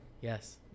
Yes